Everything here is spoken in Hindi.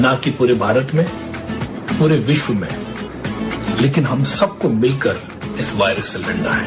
न कि पूरे भारत में पूरे विश्व में लेकिन हम सब को मिलकर इस वायरस से लड़ना है